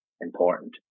important